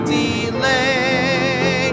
delay